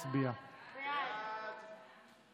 ההצעה להעביר את הצעת חוק למניעת אלימות